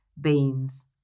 beans